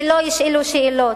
שלא ישאלו שאלות,